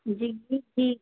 जी जी ही